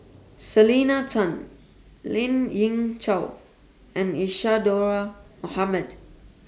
Selena Tan Lien Ying Chow and Isadhora Mohamed